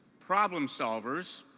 problem solvers,